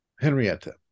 henrietta